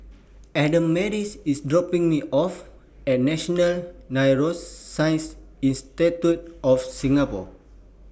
Adamaris IS dropping Me off At National Neuroscience Institute of Singapore